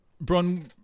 Bron